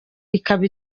ikaba